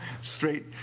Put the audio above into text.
straight